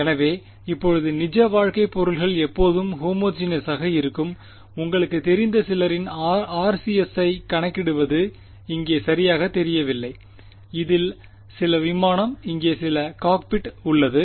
எனவே இப்போதே நிஜ வாழ்க்கை பொருள்கள் எப்போதும் ஹோமோஜினோசாக இருக்கும் உங்களுக்குத் தெரிந்த சிலரின் RCS ஸைக் கணக்கிடுவது இங்கே சரியாகத் தெரியவில்லை இது சில விமானம் இங்கே சில காக்பிட் உள்ளது